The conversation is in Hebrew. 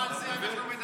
לא על זה אנחנו מדברים.